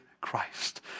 Christ